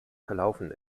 verlaufen